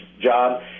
job